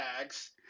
tags